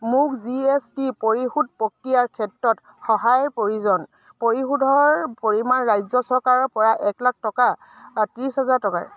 মোক G S T পৰিশোধ প্ৰক্ৰিয়াৰ ক্ষেত্ৰত সহায়ৰ প্ৰয়োজন পৰিশোধৰ পৰিমাণ ৰাজ্য চৰকাৰৰপৰা এক লাখ টকা ত্ৰিছ হাজাৰ টকা